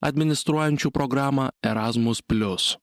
administruojančiu programą erasmus plius